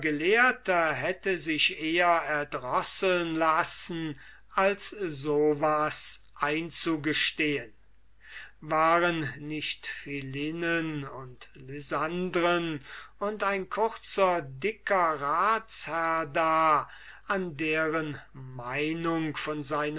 hätte sich eher erdrosseln lassen als so was einzugestehen waren nicht philinnen und lysandren und ein kurzer dicker ratsherr da an deren meinung von seinem